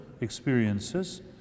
experiences